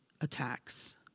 attacks